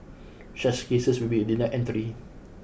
such cases will be denied entry